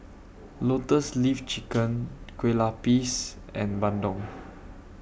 Lotus Leaf Chicken Kue Lupis and Bandung